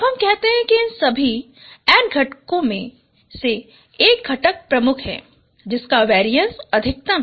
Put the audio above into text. अब हम कहते हैं कि इन सभी n घटकों में से एक घटक प्रमुख है जिसका वेरीएंस अधिकतम है